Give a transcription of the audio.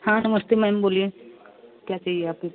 हाँ नमस्ते मैम बोलिए क्या चाहिए आपको